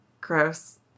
Gross